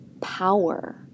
power